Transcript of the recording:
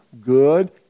good